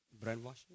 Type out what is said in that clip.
brainwashing